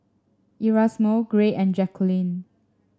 Erasmo Gray and Jacquline